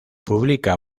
publica